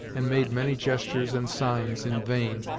and made many gestures and signs, in vain,